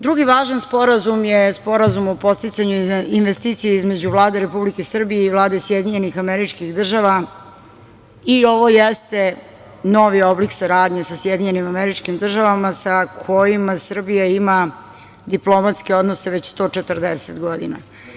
Drugi važan sporazum je Sporazum o podsticanju investicija između Vlade Republike Srbije i Vlade SAD i ovo jeste novi oblik saradnje sa SAD, sa kojima Srbija ima diplomatske odnose već 140 godina.